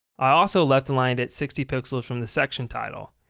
i'll also left align it sixty pixels from the section title.